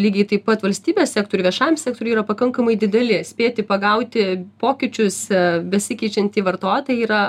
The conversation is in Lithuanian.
lygiai taip pat valstybės sektoriui viešajam sektoriui yra pakankamai dideli spėti pagauti pokyčiuose besikeičiantį vartotoją yra